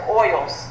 oils